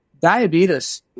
Diabetes